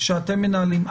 שאתם מנהלים,